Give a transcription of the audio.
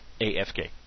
AFK